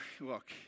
look